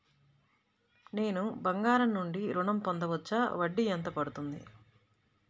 నేను బంగారం నుండి ఋణం పొందవచ్చా? వడ్డీ ఎంత పడుతుంది?